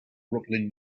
brooklyn